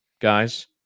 guys